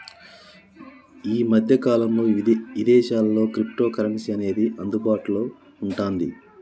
యీ మద్దె కాలంలో ఇదేశాల్లో క్రిప్టోకరెన్సీ అనేది అందుబాటులో వుంటాంది